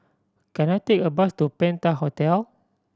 can I take a bus to Penta Hotel